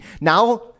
Now